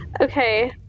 Okay